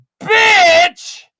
bitch